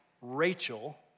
Rachel